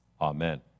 amen